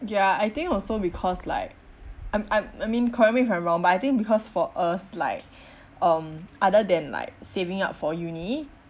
ya I think also because like I'm I'm I mean correct me if I'm wrong but I think because for us like um other than like saving up for uni um